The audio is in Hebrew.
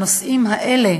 הנושאים האלה,